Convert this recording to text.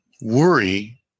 worry